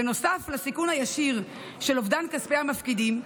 בנוסף לסיכון הישיר של אובדן כספי המפקידים,